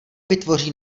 vytvoří